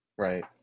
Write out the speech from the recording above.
Right